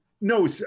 No